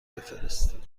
بفرستید